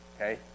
okay